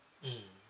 mmhmm